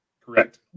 Correct